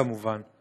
כמובן,